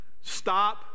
stop